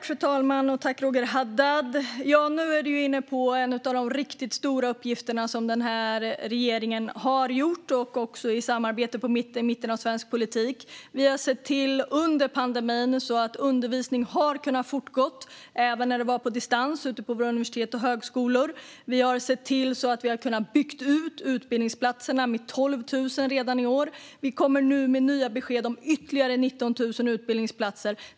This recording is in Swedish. Fru talman! Roger Haddad är inne på en av de riktigt stora uppgifterna som den här regeringen har haft, också i samarbete på mitten av svensk politik. Vi har under pandemin sett till att undervisning har kunnat fortgå, även när det var på distans, ute på våra universitet och högskolor. Vi har sett till att bygga ut antalet utbildningsplatser med 12 000 redan i år, och vi kommer nu med nya besked om ytterligare 19 000 utbildningsplatser.